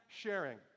sharing